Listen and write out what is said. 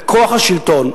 בכוח השלטון.